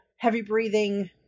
heavy-breathing